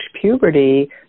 puberty